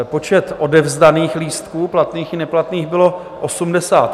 Počet odevzdaných lístků platných i neplatných bylo 88.